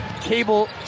Cable